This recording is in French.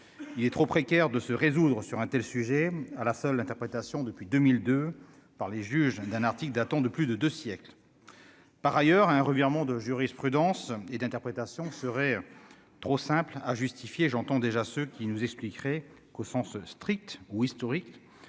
il est trop précaire de se résoudre sur un tel sujet à la seule interprétation depuis 2002 par les juges d'un article datant de plus de 2 siècles par ailleurs à un revirement de jurisprudence et d'interprétation serait trop simple justifier, j'entends déjà ceux qui nous expliquerez qu'au sens strict ou historique,